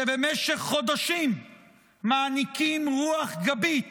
שבמשך חודשים מעניקים רוח גבית